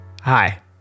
Hi